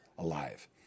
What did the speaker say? alive